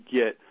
get